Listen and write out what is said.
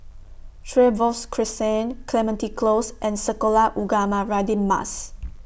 Trevose Crescent Clementi Close and Sekolah Ugama Radin Mas